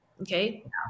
okay